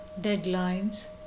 Deadlines